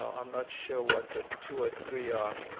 i'm not sure what the two or three are